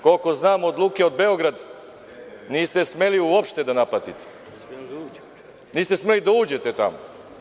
Koliko znam od „Luke Beograd“ uopšte nište smeli da naplatine, niste smeli da uđete tamo.